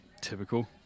Typical